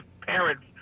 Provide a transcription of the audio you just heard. parents